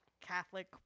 Catholic